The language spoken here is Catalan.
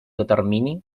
determini